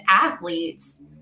athletes